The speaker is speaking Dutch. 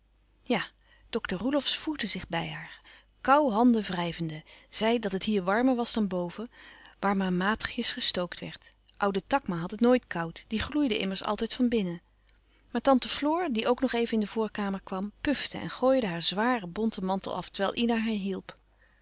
ja dokter roelofsz voegde zich bij haar koû handen wrijvende zei dat het hier warmer was dan boven waar maar matigjes gestookt werd oude takma had het nooit koud die gloeide immers altijd van binnen maar tante floor die ook nog even in de voorkamer kwam pufte en gooide haar zwaren bonten mantel af terwijl ina haar hielp